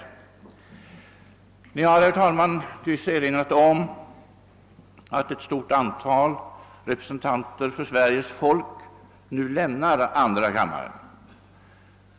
Ni har, herr talman, nyss erinrat om att ett stort antal representanter för Sveriges folk nu lämnar andra kammaren.